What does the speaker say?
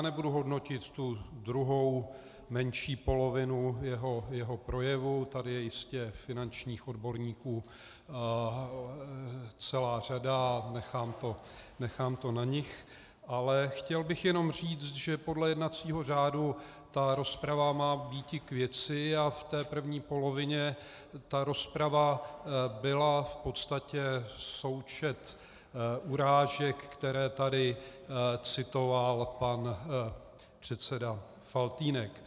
Nebudu hodnotit tu druhou, menší polovinu jeho projevu, tady je jistě finančních odborníků celá řada, nechám to na nich, ale chtěl bych jenom říct, že podle jednacího řádu rozprava má být k věci a v té první polovině ta rozprava byla v podstatě součet urážek, které tady citoval pan předseda Faltýnek.